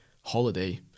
holiday